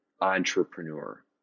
entrepreneur